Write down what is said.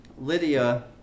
Lydia